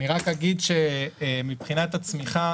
אני רק אגיד שמבחינת הצמיחה,